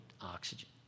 oxygen